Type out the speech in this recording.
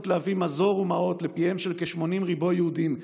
להביא מזור ומעות לפיהם של כ-80 ריבוא יהודים כשרים,